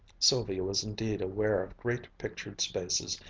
sylvia was indeed aware of great pictured spaces,